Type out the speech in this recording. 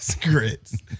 Grits